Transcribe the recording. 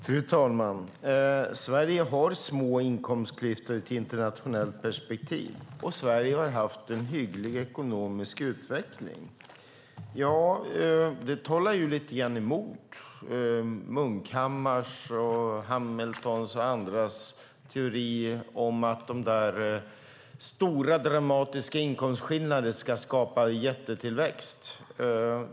Fru talman! Sverige har små inkomstklyftor i ett internationellt perspektiv, och Sverige har haft en hygglig ekonomisk utveckling. Det talar lite grann emot Munkhammars, Hamiltons och andras teori om att stora dramatiska inkomstskillnader ska skapa jättetillväxt.